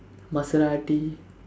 Maserati